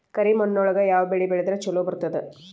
ಕರಿಮಣ್ಣೊಳಗ ಯಾವ ಬೆಳಿ ಬೆಳದ್ರ ಛಲೋ ಬರ್ತದ?